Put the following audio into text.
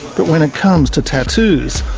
but when it comes to tattoos,